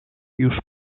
już